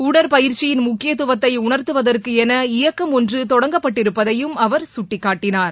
உடற்பயிற்சியின் முக்கியத்துவத்தை உணர்த்துவதற்கென இயக்கம் ஒன்று தொடங்கப்பட்டிருப்பதையும் அவர் சுட்டிக்காட்டினார்